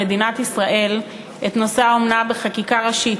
נושא האומנה במדינת ישראל בחקיקה ראשית.